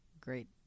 great